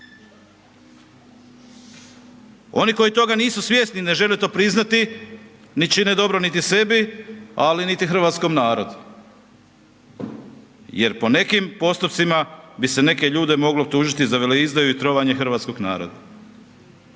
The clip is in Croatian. Oni koji toga nisu svjesni i ne žele to priznati ne čine dobro niti sebi, ali niti hrvatskom narodu. Jer po nekim postupcima bi se neke ljude moglo tužiti za veleizdaju i trovanje hrvatskog naroda.